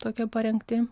tokioj parengty